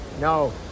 No